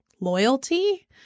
loyalty